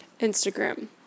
Instagram